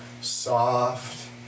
soft